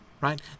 right